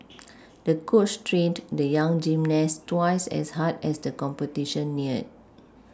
the coach trained the young gymnast twice as hard as the competition neared